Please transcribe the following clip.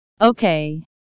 Okay